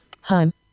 Home